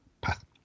path